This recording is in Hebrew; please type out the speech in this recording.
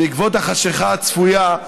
בעקבות החשכה הצפויה,